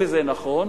וזה נכון,